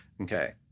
Okay